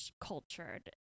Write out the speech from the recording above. cultured